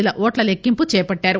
ల ఓట్ల లెక్కింపు చేపట్లారు